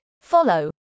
follow